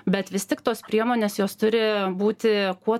bet vis tik tos priemonės jos turi būti kuo